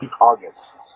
August